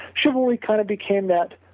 chivalry kind of became that,